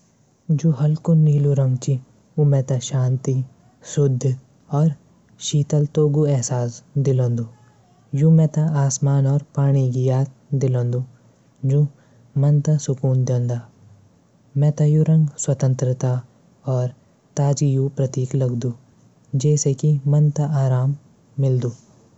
गहरा नीला से म्यारू दिमाग मा खयाल आंदू की गहराई अहसास हूदूं। गहरा नीला रंग देखी समुद्र आकाशगंगा विशालता याद दिलांदू